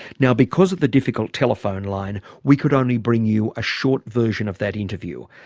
now because of the difficult telephone line we could only bring you a short version of that interview.